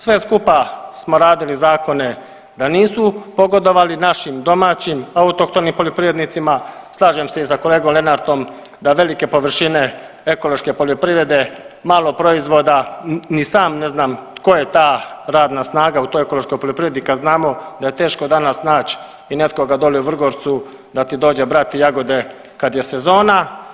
Sve skupa smo radili zakone da nisu pogodovali našim domaćim autohtonim poljoprivrednicima, slažem se i sa kolegom Lenartom da velike površine ekološke poljoprivrede, malo proizvoda, ni sam ne znam tko je ta radna snaga u toj ekološkoj poljoprivredi kad znamo da je teško danas naći i nekoga dolje u Vrgorcu da ti dođe brati jagode kad je sezona.